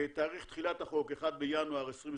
תאריך תחילת החוק 1 בינואר 2021,